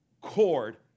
cord